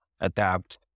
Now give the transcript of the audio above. adapt